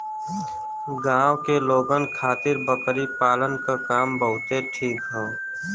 गांव के लोगन खातिर बकरी पालना क काम बहुते ठीक हौ